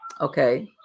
Okay